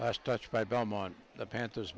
last touch by belmont the panthers